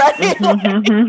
right